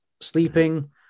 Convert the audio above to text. sleeping